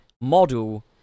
model